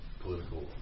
political